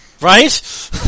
Right